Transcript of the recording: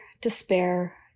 despair